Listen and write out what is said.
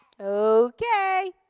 Okay